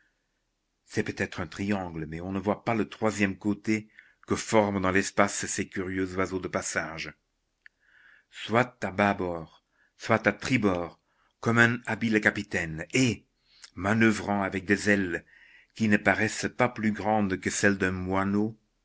c'est peut-être un triangle mais on ne voit pas le troisième côté que forment dans l'espace ces curieux oiseaux de passage soit à bâbord soit à tribord comme un habile capitaine et manoeuvrant avec des ailes qui ne paraissent pas plus grandes que celles d'un moineau